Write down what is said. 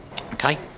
Okay